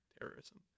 terrorism